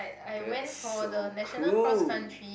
that's so cool